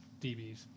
DBs